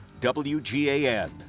WGAN